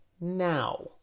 Now